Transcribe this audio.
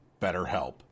BetterHelp